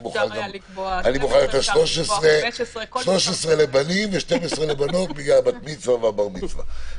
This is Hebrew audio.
אני מוכן גם 13 לבנים ו-12 לבנות בגלל הבר מצוה והבת מצוה.